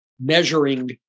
measuring